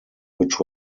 which